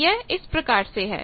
तो यह इस प्रकार से है